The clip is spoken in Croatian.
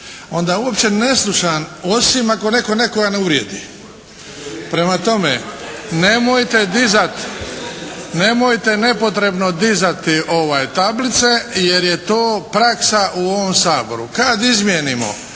onda uopće ne slušam osim ako netko nekoga ne uvrijedi. Prema tome nemojte dizati, nemojte nepotrebno dizati tablice jer je to praksa u ovom Saboru.